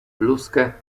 bluzkę